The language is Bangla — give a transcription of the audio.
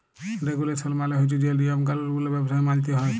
রেগুলেসল মালে হছে যে লিয়ম কালুল গুলা ব্যবসায় মালতে হ্যয়